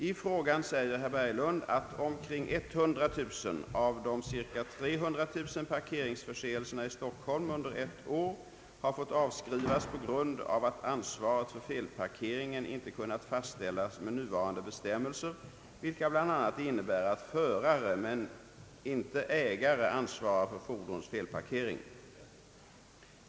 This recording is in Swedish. I frågan säger herr Berglund, att omkring 100 000 av de ca 300 000 parkeringsförseelserna i Stockholm under ett år har fått avskrivas på grund av att ansvaret för felparkeringen inte kunnat fastställas med nuvarande bestämmelser vilka bl.a. innebär att förare men ej ägare ansvarar för fordons felparkering.